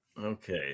Okay